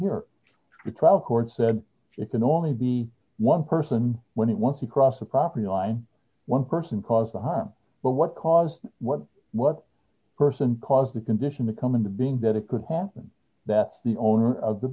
here the trial court said it can only be one person when it wants to cross the property line one person caused the harm but what cause what what person caused the condition to come into being that it could happen that's the owner of the